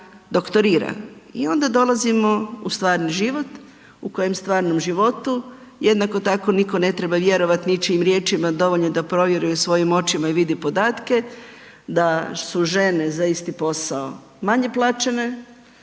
doktorira i onda dolazimo u stvarni život u kojem u stvarnom životu jednako tako nitko ne treba vjerovati ničijim riječima. Dovoljno je da provjere svojim očima i vidi podatke, da su žene za isti posao manje plaćene,